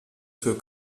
für